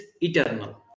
eternal